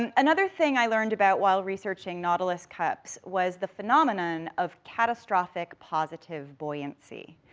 and another thing i learned about while researching nautilus cups was the phenomenon of catastrophic positive buoyancy,